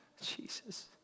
Jesus